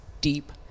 deep